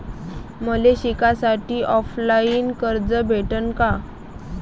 मले शिकासाठी ऑफलाईन कर्ज भेटन का?